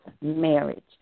marriage